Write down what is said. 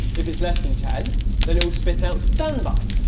if it's less than ten then it will spit out standby.